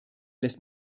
lässt